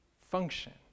function